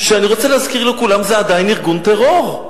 שאני רוצה להזכיר לכולם שזה עדיין ארגון טרור,